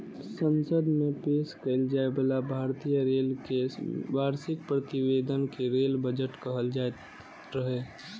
संसद मे पेश कैल जाइ बला भारतीय रेल केर वार्षिक प्रतिवेदन कें रेल बजट कहल जाइत रहै